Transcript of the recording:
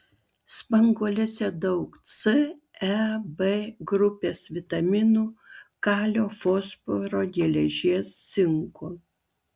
spanguolėse daug c e b grupės vitaminų kalio fosforo geležies cinko